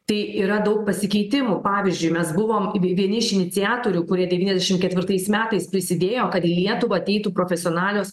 tai yra daug pasikeitimų pavyzdžiui mes buvom vieni iš iniciatorių kurie devyniadešim ketvirtais metais prisidėjo kad į lietuvą ateitų profesionalios